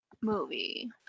movie